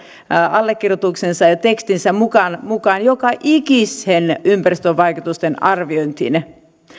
allekirjoituksensa ja ja tekstinsä mukaan mukaan joka ikiseen ympäristövaikutusten arviointiin